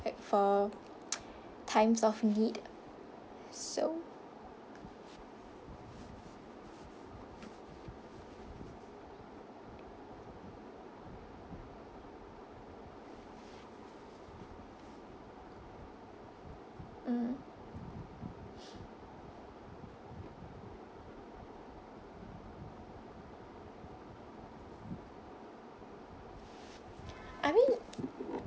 like for times of need so mm I mean